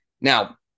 Now